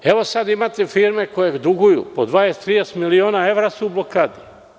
Evo, sada imate firme koje duguju, po 20 do 30 miliona evra su u blokadi.